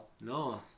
No